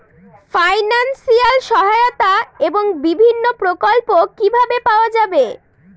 Financial সহায়তা এবং বিভিন্ন প্রকল্প কিভাবে পাওয়া যাবে?